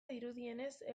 dirudienez